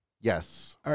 Yes